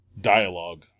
dialogue